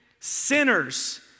sinners